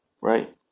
Right